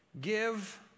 give